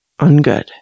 Ungood